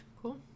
cool